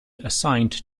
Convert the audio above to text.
assigned